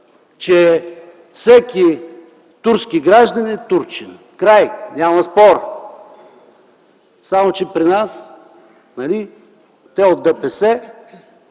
„Всеки турски гражданин е турчин”. Край, няма спор! Само че при нас те, от ДПС,